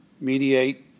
Mediate